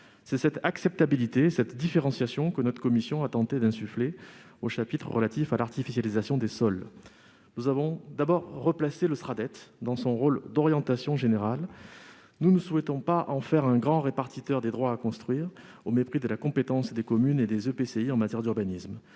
C'est cette acceptabilité, cette différenciation que notre commission a tenté d'insuffler aux chapitres relatifs à l'artificialisation des sols. Nous avons d'abord replacé le Sraddet dans son rôle d'orientation générale. Nous ne souhaitons pas en faire un grand répartiteur des droits à construire, au mépris de la compétence des communes et des EPCI en matière d'urbanisme.